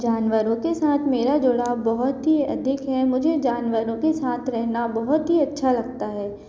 जानवरों के साथ मेरा जुड़ाव बहुत ही अधिक है मुझे जानवरों के साथ रहना बहुत ही अच्छा लगता है